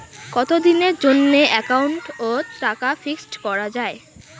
কতদিনের জন্যে একাউন্ট ওত টাকা ফিক্সড করা যায়?